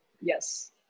Yes